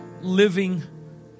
living